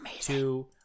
two